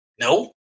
no